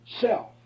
self